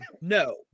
No